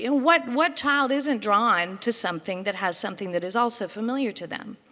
you know, what what child isn't drawn to something that has something that is also familiar to them?